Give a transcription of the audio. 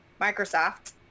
Microsoft